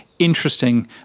interesting